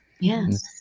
Yes